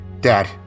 Dad